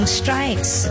strikes